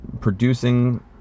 producing